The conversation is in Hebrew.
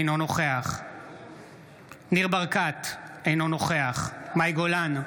אינו נוכח ניר ברקת, אינו נוכח מאי גולן,